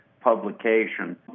publication